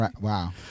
Wow